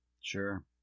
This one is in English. Sure